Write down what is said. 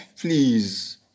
please